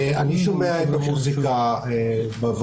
אני שומע את המוזיקה בוועדה,